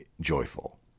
joyful